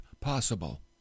possible